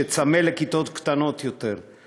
שצמא לכיתות קטנות יותר,